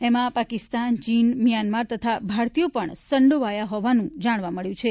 એમાં પાકિસ્તાન ચીન મ્યાનમાર તથા ભારતીયો પણ સંડોવાયા હોવાનું જાણવા મળે છે